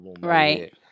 Right